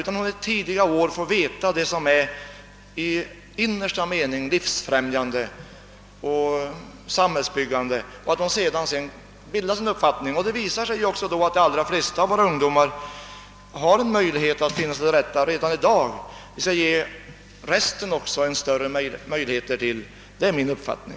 Hon bör i tidiga år få veta vad som i innersta mening är livsfrämjande och samhällsbyggande, så att hon sedan kan bilda sig en egen uppfattning. Det visar sig också att de flesta ungdomar har möjlighet att finna sig till rätta redan i dag, och vi bör då ge även de övriga möjligheter därtill. Det är min uppfattning.